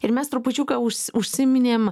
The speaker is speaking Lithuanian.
ir mes trupučiuką užsi užsiminėm